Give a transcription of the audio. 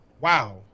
wow